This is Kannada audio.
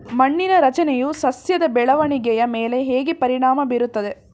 ಮಣ್ಣಿನ ರಚನೆಯು ಸಸ್ಯದ ಬೆಳವಣಿಗೆಯ ಮೇಲೆ ಹೇಗೆ ಪರಿಣಾಮ ಬೀರುತ್ತದೆ?